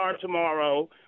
tomorrow